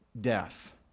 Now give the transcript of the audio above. death